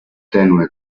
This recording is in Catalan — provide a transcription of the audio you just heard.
tènue